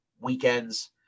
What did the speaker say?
weekends